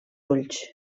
ulls